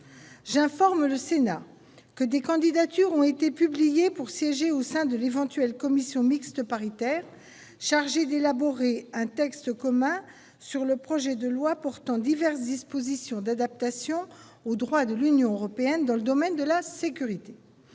J'informe le Sénat que des candidatures ont été publiées pour siéger au sein de l'éventuelle commission mixte paritaire chargée d'élaborer un texte commun sur le projet de loi portant diverses dispositions d'adaptation au droit de l'Union européenne dans le domaine de la sécurité.